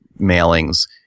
mailings